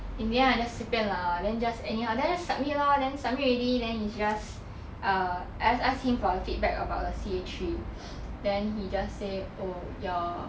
in the end I just 随便 lah then just anyhow then just submit lor then submit already leh is just err I just asked him for the feedback about the C_A three then he just say oh your